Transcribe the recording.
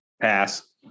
Pass